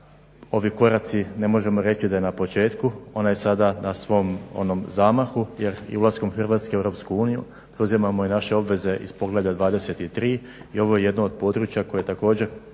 Ovi koraci ne možemo reći da je na početku, ona je sada na svom onom zamahu jer ulaskom Hrvatske u Europsku uniju preuzimamo i naše obveze iz poglavlja 23 i ovo je jedno od područja koje je također